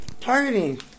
Targeting